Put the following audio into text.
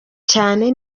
cyane